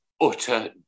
Utter